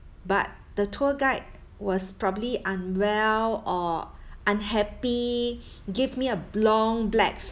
but the tour guide was probably unwell or unhappy give me a long black